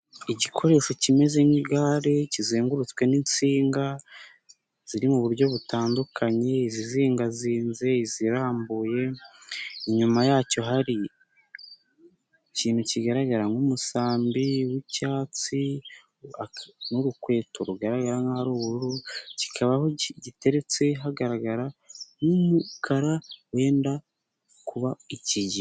Igikoresho kimeze nk'igare kizengurutswe n'insinga ziri mu buryo butandukanye izizingazinze, izirarambuye inyuma yacyo hari ikintu kigaragara nk'umusambi w'icyatsi, n'urukweto rugaragara nk'aho ari ubururu kikaba aho giteretse hagaragara nk'umukara wenda kuba ikigina.